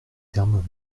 termes